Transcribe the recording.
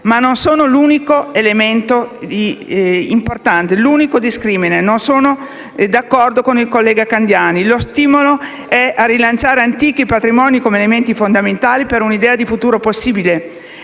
ma non sono l'unico elemento importante e l'unico discrimine. Non sono d'accordo con il collega Candiani: lo stimolo è quello di rilanciare antichi patrimoni come elementi fondamentali per un'idea di futuro possibile.